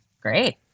Great